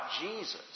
Jesus